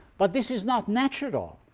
but this is not natural.